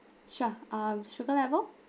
sure um sugar level